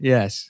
Yes